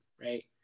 right